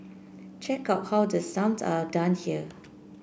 check out how the sums are done here